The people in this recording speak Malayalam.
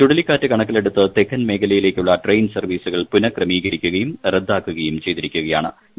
ചുഴലിക്കാറ്റ് കണക്കിലെടുത്ത് തെക്കൻ മേഖലയിലേയ്ക്കുള്ള ട്രെയിൻ സർവ്വീസുകൾ പുനഃക്രമീകരിക്കുകയും റദ്ദാക്കുകയും ചെയ്തിട്ടുണ്ട്